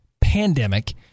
pandemic